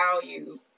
value